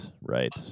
right